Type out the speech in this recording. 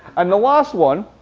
and the last one,